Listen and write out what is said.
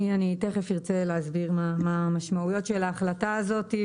אני תיכף ארצה להסביר מה המשמעויות של ההחלטה הזאת,